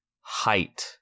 height